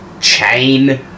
chain